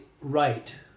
right